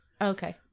Okay